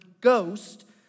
ghost